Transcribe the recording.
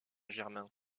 germain